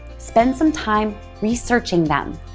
spend some time researching them.